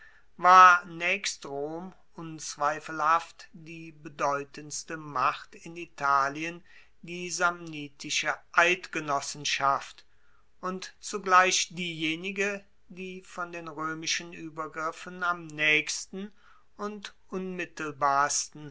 war naechst rom unzweifelhaft die bedeutendste macht in italien die samnitische eidgenossenschaft und zugleich diejenige die von den roemischen uebergriffen am naechsten und